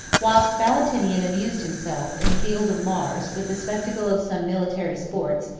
whilst valentinian amused himself, in the field of mars, with the spectacle of some military sports,